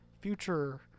future